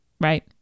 Right